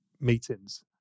meetings